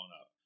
up